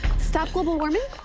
stop global warming?